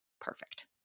perfect